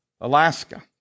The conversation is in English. Alaska